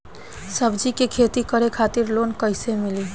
सब्जी के खेती करे खातिर लोन कइसे मिली?